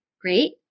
Great